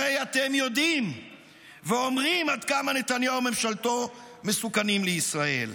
הרי אתם יודעים ואומרים עד כמה נתניהו וממשלתו מסוכנים לישראל,